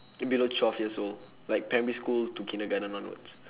think below twelve years old like primary school to kindergarten onwards